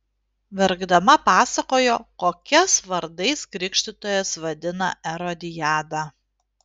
verkdama pasakojo kokias vardais krikštytojas vadina erodiadą